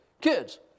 kids